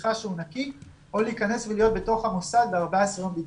שמוכיחה שהוא נקי או להיכנס ולהיות בתוך המוסד 14 ימי בידוד.